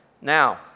Now